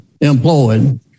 employed